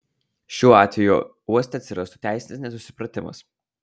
šiuo atveju uoste atsirastų teisinis nesusipratimas